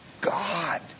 God